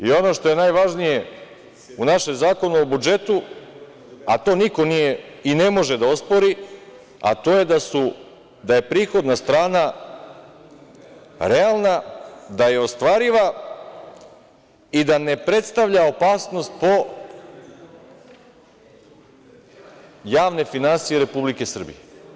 I ono što je najvažnije, u naš Zakon o budžetu, a to niko nije i ne može da ospori, a to je da je prihodna strana realna, da je ostvariva i da ne predstavlja opasnost po javne finansije Republike Srbije.